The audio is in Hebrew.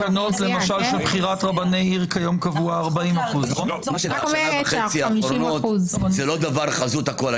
בתקנות של בחירת רבני עיר קיים קבוע 40%. זה לא חזות הכול.